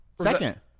Second